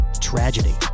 tragedy